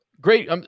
Great